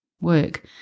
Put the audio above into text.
work